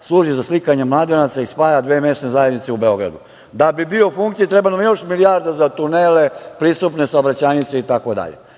služi sa slikanje mladenaca i spaja dve mesne zajednice u Beogradu. Da bi bio u funkciji treba nam još milijarda za tunele, pristupne saobraćajnice itd.E,